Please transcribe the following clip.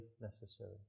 necessary